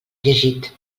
llegit